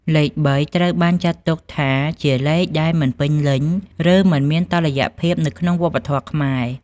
លេខបីត្រូវបានចាត់ទុកថាជាលេខដែលមិនពេញលេញ ឬមិនមានតុល្យភាពនៅក្នុងវប្បធម៌ខ្មែរ។